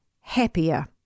happier